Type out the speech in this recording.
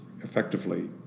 effectively